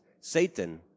Satan